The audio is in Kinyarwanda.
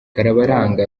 karabaranga